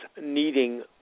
needing